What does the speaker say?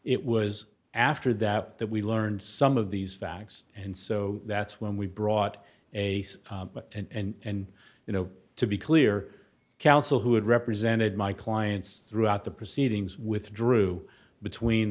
it was after that that we learned some of these facts and so that's when we brought a and you know to be clear counsel who had represented my clients throughout the proceedings withdrew between